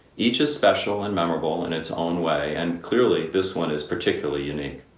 each is special and memorable in its own way and clearly this one is particularly unique.